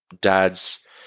dad's